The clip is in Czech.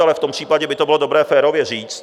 Ale v tom případě by to bylo dobré férově říct.